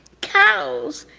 cows,